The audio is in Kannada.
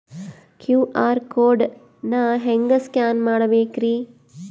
ಕ್ಯೂ.ಆರ್ ಕೋಡ್ ನಾ ಹೆಂಗ ಸ್ಕ್ಯಾನ್ ಮಾಡಬೇಕ್ರಿ?